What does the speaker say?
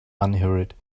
unhurried